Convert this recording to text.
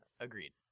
Agreed